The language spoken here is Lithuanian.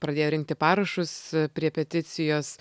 pradėjo rinkti parašus prie peticijos